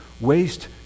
waste